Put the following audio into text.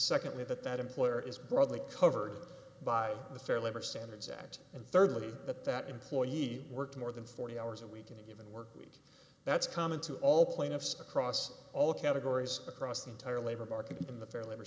secondly that that employer is broadly covered by the fair labor standards act and thirdly that that employee he worked more than forty hours a week in a given work week that's common to all plaintiffs across all categories across the entire labor market in the fair labor